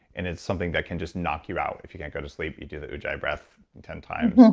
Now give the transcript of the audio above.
and it's something that can just knock you out. if you can't go to sleep, you do the jay breath ten times,